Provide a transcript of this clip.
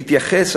להתייחס,